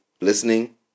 listening